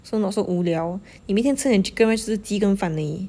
so not so 无聊你每天吃你 chicken rice 只是鸡跟饭而已